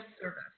service